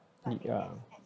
ya